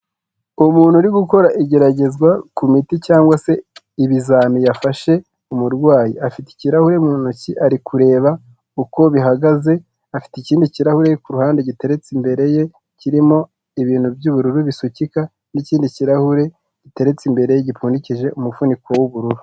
Umuntu uri gukora igeragezwa ku miti cyangwa se ibizami yafashe umurwayi, afite ikirahure mu ntoki ari kureba uko bihagaze, afite ikindi kirahure ku ruhande giteretse imbere ye kirimo ibintu by'ubururu bisukika n'ikindi kirahure giteretse imbere gipfundikije umuvuniko w'ubururu.